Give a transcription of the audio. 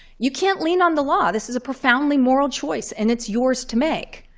you can't lean on the law. this is a profoundly moral choice. and it's yours to make.